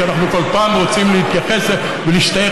שאנחנו כל פעם רוצים להשתייך אליהם,